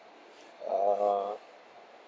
uh